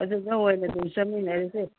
ꯑꯗꯨꯗ ꯑꯣꯏꯅ ꯑꯗꯨꯝ ꯆꯠꯃꯤꯟꯅꯔꯁꯦ